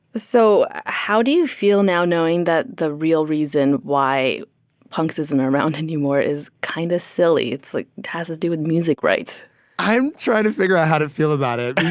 so how do you feel now knowing that the real reason why punks isn't around anymore is kind of silly? it's, like, it has to do with music rights i'm trying to figure out how to feel about it.